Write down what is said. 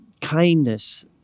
kindness